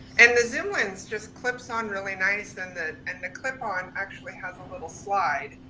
and the zoom lens, just clips on really nice. then the, and the clip on actually has a little slide,